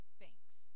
thanks